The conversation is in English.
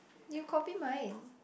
you copy mine